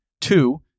Two